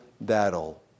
battle